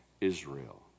Israel